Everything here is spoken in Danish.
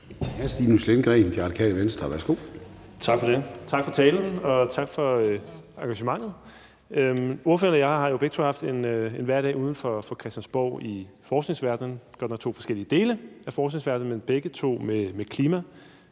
20:34 Stinus Lindgreen (RV): Tak for det. Tak for talen, og tak for engagementet. Ordføreren og jeg har jo begge to haft en hverdag uden for Christiansborg i forskningsverdenen – godt nok to forskellige dele af forskningsverden – men for os begge